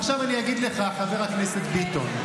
עכשיו אני אגיד לך, חבר הכנסת ביטון,